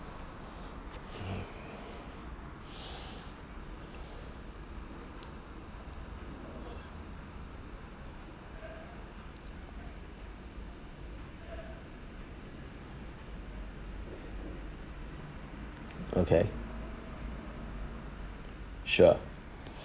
okay sure